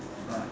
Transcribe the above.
what